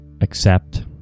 accept